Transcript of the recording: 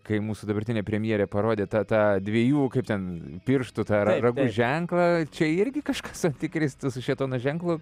kai mūsų dabartinė premjerė parodė tą tą dviejų kaip ten pirštų tą ragų ženklą čia irgi kažkas antikristas su šėtono ženklu